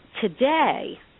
Today